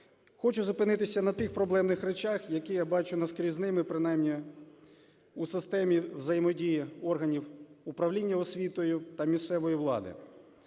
Хочу зупинитися на тих проблемних речах, які я бачу наскрізними, принаймні у системи взаємодії органів управління освітою та місцевої влади.